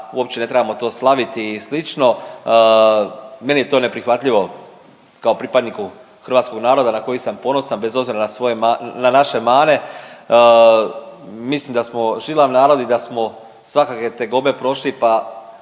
uopće ne trebamo to slaviti i slično. Meni je to neprihvatljivo kao pripadniku hrvatskog naroda na koji sam ponosan bez obzira na svoje, na naše mane. Mislim da smo žilav narod i da smo svakakve tegobe prošli, pa